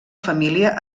família